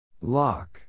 Lock